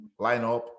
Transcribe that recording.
lineup